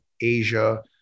Asia